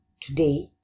Today